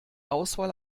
auswahl